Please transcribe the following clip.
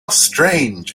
strange